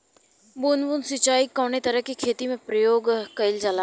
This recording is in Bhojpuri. बूंद बूंद सिंचाई कवने तरह के खेती में प्रयोग कइलजाला?